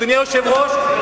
אדוני היושב-ראש,